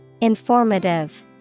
Informative